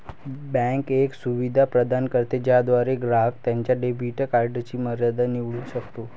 bank एक सुविधा प्रदान करते ज्याद्वारे ग्राहक त्याच्या डेबिट कार्डची मर्यादा निवडू शकतो